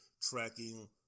tracking